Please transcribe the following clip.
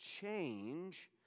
change